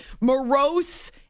morose